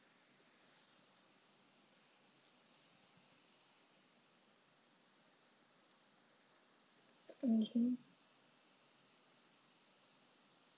um okay